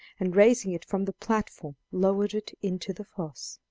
and raising it from the platform lowered it into the foss.